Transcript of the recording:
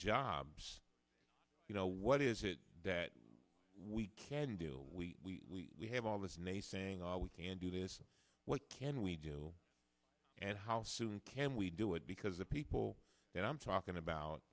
jobs you know what is it that we can do we have all this naysaying all we can do this what can we do and how soon can we do it because the people that i'm talking about